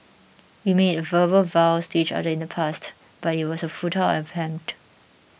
we made verbal vows to each other in the past but it was a futile attempt